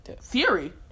Fury